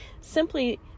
simply